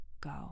go